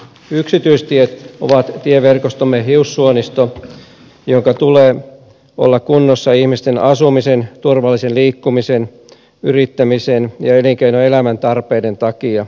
yksityistiet ovat tieverkostomme hiussuonisto jonka tulee olla kunnossa ihmisten asumisen turvallisen liikkumisen yrittämisen ja elinkeinoelämän tarpeiden takia